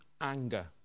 anger